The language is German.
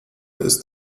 ist